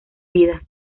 vida